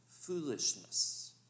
foolishness